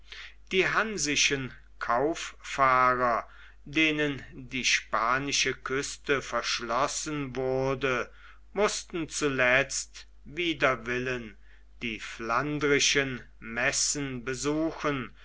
die hansischen kauffahrer denen die spanische küste verschlossen wurde mußten zuletzt wider willen die flandrischen messen besuchen